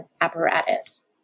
apparatus